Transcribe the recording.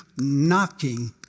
knocking